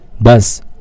Thus